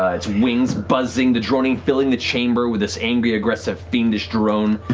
ah its wings buzzing, the droning filling the chamber with this angry, aggressive, fiendish drone.